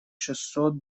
шестьсот